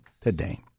today